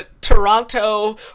Toronto